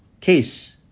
Case